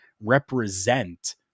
represent